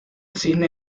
cisne